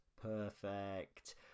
Perfect